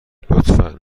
لطفا